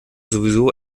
sowieso